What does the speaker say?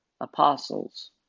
apostles